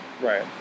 right